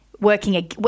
working